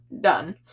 done